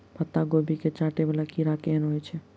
पत्ता कोबी केँ चाटय वला कीड़ा केहन होइ छै?